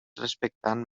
respectant